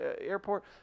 Airport